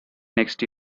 next